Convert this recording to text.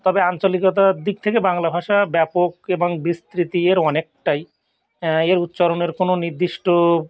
তবে আঞ্চলিকতার দিক থেকে বাংলা ভাষা ব্যাপক এবং বিস্তৃতি এর অনেকটাই এর উচ্চারণের কোনো নির্দিষ্ট